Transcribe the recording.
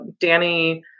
Danny